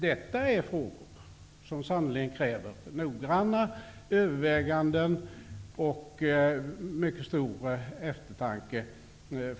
Detta är frågor som sannerligen kräver noggranna överväganden och mycket stor eftertanke.